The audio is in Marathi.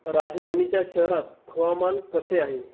राजधानीच्या शहरात हवामान कसे आहे